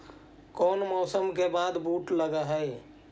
कोन मौसम के बाद बुट लग है?